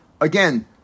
again